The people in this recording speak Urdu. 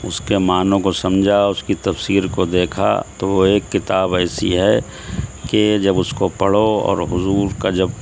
اس کے معنوں کو سمجھا اس کی تفسیر کو دیکھا تو وہ ایک کتاب ایسی ہے کہ جب اس کو پڑھو اور حضور کا جب